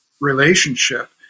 relationship